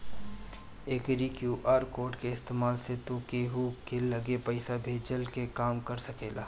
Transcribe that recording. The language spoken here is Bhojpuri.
एकरी क्यू.आर कोड के इस्तेमाल से तू केहू के लगे पईसा भेजला के काम कर सकेला